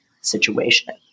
situation